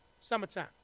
Summertime